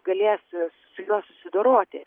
galės su juo susidoroti